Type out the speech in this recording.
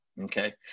okay